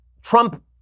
Trump